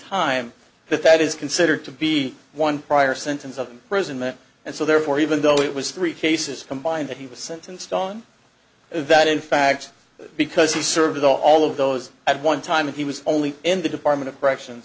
time but that is considered to be one prior sentence of prison meant and so therefore even though it was three cases combined that he was sentenced on that in fact because he served all of those at one time and he was only in the department of corrections